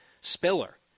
spiller